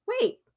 wait